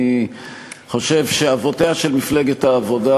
אני חושב שאבותיה של מפלגת העבודה,